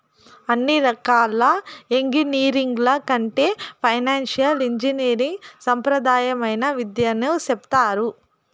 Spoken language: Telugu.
అన్ని రకాల ఎంగినీరింగ్ల కంటే ఫైనాన్సియల్ ఇంజనీరింగ్ సాంప్రదాయమైన విద్యగా సెప్తారు